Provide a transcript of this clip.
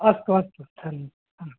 अस्तु अस्तु धन्